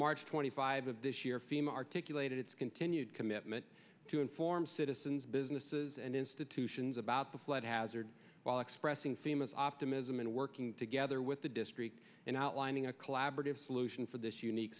march twenty five of this year fim articulated its continued commitment to inform citizens businesses and institutions about the flood hazard while expressing famous optimism and working together with the district and outlining a collaborative solution for this unique